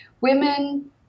women